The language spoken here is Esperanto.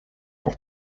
por